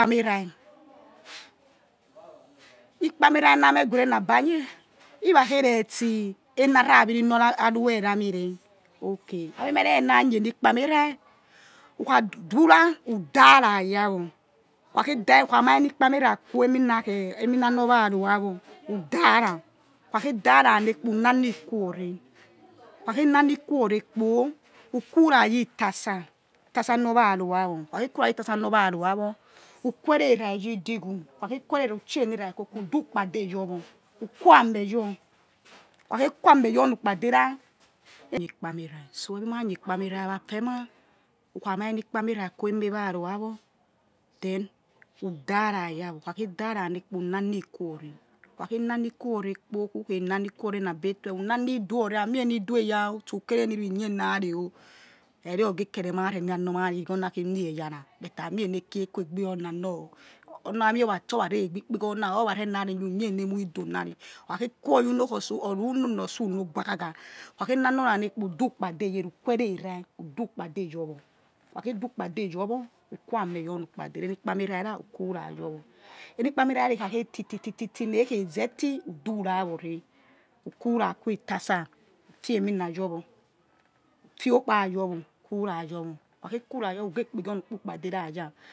Ikpamerah ikpamerah na your meh guere aba nieh he ra khere tse eni ari aviri nor rue ramire oki abi meh re na nye ni kpameenah who kha dura. Who dara ya wa̱ wo who kha khei da̱ who̱ kha mai eni na nor weharoyawo who kha khe ka ra ya kpo who na ni iku no re kpo o̱ ukura yi tasa tasa nor waro ya wor who kha khia ku ra yi tase nor waroya wor ukuwerera yi digu who querera chi enera koko udu ukpade your kupi anneh your ukha khei qui ameh your onu ukpade ra abimani ikpamarah afemai ukha mai eri ikpamirrah yor eme we ha ro ya kpo unani kuwore ukha khe nani kuwore kpo ukhei nami wore na be̱h toi who na ni ido̱ wore ami eni ido eya o̱ kere eniror he̱ nye na reh o̱ rari o̱ge ke̱re̱ ma̱ rẹ na nor abirigho na khei nie eyara ami enekwe kuegeo nanor or na amie or rar ri ekpebi ikpeghoro na re renye who nye eni emoi ido na ri okha khei quo yi uno khi otsu otsu uno guagaga who khananor ra neh kpo eudu ukpade ye̱ era who̱ quererah who do ukpade your wor who kha khei du ukpa de your wor uku ameh your onu ukpade onu ikpamera rah ekha khie titititi neh kheze ti ukura wor reh ukura. Kuitasa fi emina your wor fi okpa yor who kha khia ku ra your who ghe kpghi oni ukpade raya̱